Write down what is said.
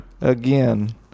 Again